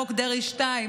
חוק דרעי 2,